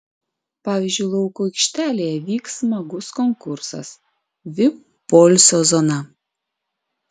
pavyzdžiui lauko aikštelėje vyks smagus konkursas vip poilsio zona